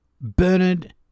Bernard